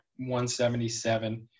177